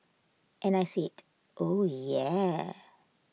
and I said oh yeah